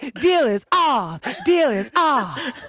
deal is off, deal is but